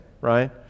right